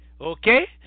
Okay